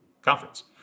Conference